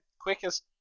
Quickest